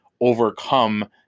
overcome